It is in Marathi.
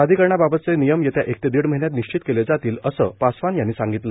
प्राधिकरणाबाबतचे नियम येत्या एक ते दी महिन्यात निश्चित केले जातील असं पासवान यांनी सांगितलं